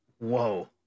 whoa